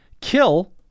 kill